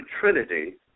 trinity